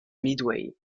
midway